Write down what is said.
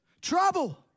Trouble